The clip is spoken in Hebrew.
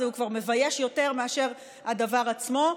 היא כבר מביישת יותר מאשר הדבר עצמו.